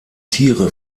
tiere